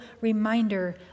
reminder